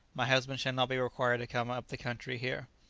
my husband shall not be required to come up the country here.